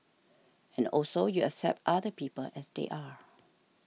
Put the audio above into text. and also you accept other people as they are